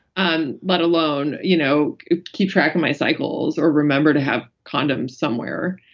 um let alone you know keep track of my cycles or remember to have condoms somewhere.